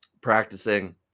practicing